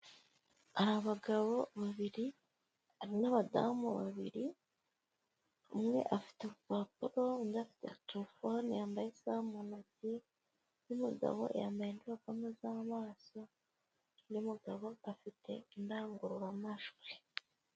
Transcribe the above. Hari abagabo babiri hari n'abadamu babiri, umwe afite urupapuro undi afite telefone yambaye isaha mu ntoki, undi umugabo yambaye indorerwamo z'amaso, undi mugabo afite indangururamajwi.